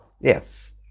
yes